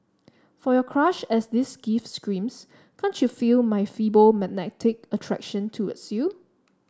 for your crush as this gift screams can't you feel my feeble magnetic attraction towards you